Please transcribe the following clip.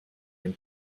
dem